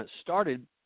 started